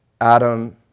Adam